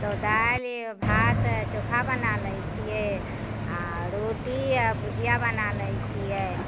तऽ दालि भात चोखा बना लैत छियै आ रोटी आओर भुजिया बना लैत छियै